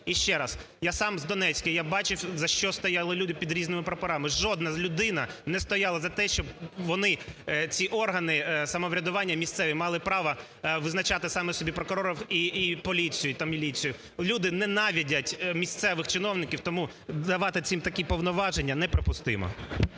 І ще раз. Я сам з Донецька, я бачив, за що стояли люди під різними прапорами. Жодна людина не стояли за те, щоб вони, ці органи самоврядування місцеві, мали право визначати самі собі прокурорів і поліцію та міліцію. Люди ненавидять місцевих чиновник, тому давати цим такі повноваження неприпустимо.